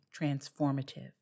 transformative